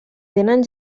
tenen